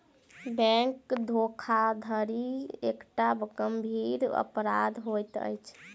bank धोखाधड़ी एकटा गंभीर अपराध होइत अछि